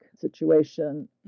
situation